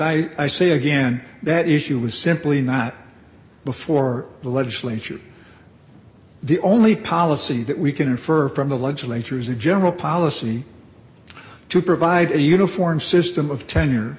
i say again that issue was simply not before the legislature the only policy that we can infer from the legislature is a general policy to provide a uniform system of tenure